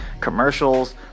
commercials